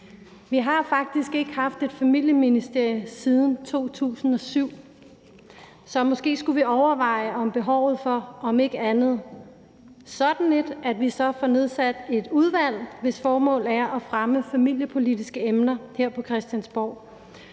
Vi har faktisk ikke haft et familieministerium siden 2007. Så måske skulle vi overveje behovet for sådan et, eller – om ikke andet – at vi så får nedsat et udvalg, hvis formål er at fremme familiepolitiske emner her på Christiansborg.